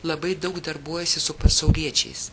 labai daug darbuojasi su pasauliečiais